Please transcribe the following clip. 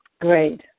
great